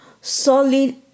solid